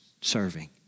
serving